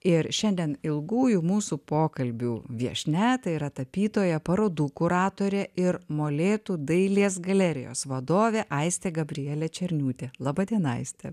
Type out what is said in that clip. ir šiandien ilgųjų mūsų pokalbių viešnia tai yra tapytoja parodų kuratorė ir molėtų dailės galerijos vadovė aistė gabrielė černiūtė laba diena aistė